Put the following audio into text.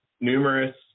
numerous